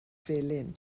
felyn